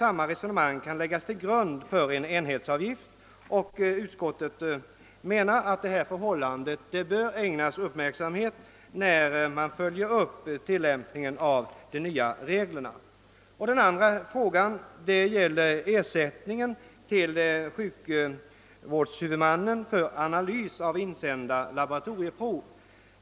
Samma resonemang kan läggas till grund för en enhetsavgift. Utskottet menar att detta förhållande bör ägnas uppmärksamhet när man tillämpar de nya reglerna. Den andra frågan gäller ersättningen till sjukvårdshuvudmannen för analys av insända laboratorieprover.